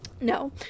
No